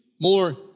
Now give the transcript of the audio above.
more